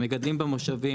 המגדלים במושבים,